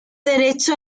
derecho